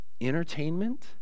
entertainment